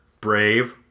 brave